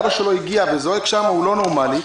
אבא שלו הגיע וזעק שם שהוא לא נורמלי,